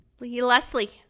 leslie